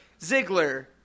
Ziggler